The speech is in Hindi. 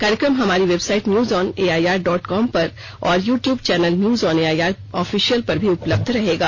कार्यक्रम हमारी website news on AIR dot com और YouTube channel news on AIR official पर भी उपलब्ध रहेगा